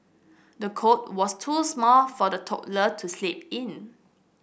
the cot was too small for the toddler to sleep in